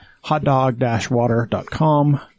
hotdog-water.com